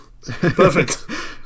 perfect